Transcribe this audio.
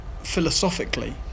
philosophically